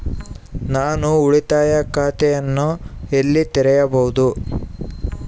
ನಾನು ಉಳಿತಾಯ ಖಾತೆಯನ್ನು ಎಲ್ಲಿ ತೆರೆಯಬಹುದು?